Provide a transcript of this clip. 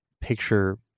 picture